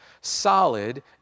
solid